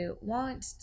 want